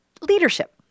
Leadership